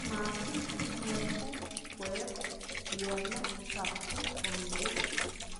Lun marti miercu juev viernə sabdtu domingu